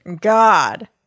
God